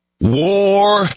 War